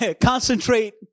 Concentrate